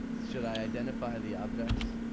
should i identify the objects?